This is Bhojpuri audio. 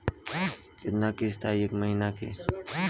कितना किस्त आई एक महीना के?